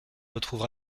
retrouve